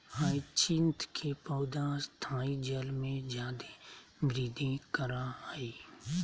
hyacinth के पौधा स्थायी जल में जादे वृद्धि करा हइ